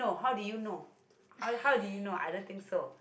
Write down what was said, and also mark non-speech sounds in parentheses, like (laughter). (laughs)